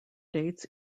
dates